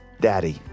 daddy